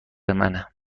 منه